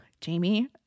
Jamie